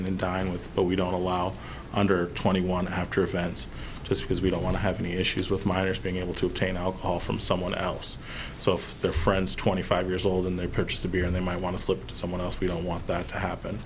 in and dine with but we don't allow under twenty one after events just because we don't want to have any issues with minors being able to obtain alcohol from someone else so if they're friends twenty five years old and they purchased a beer and they might want to slip someone else we don't want that to happen